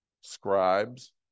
scribes